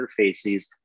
interfaces